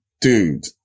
dude